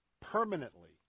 permanently